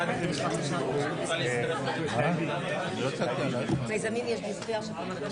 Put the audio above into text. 13:30.) מציע הרוויזיה פה?